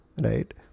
Right